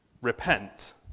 Repent